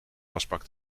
wasbak